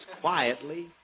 quietly